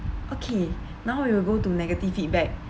okay now we will go to negative feedback